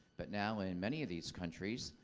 but now, in many of these countries,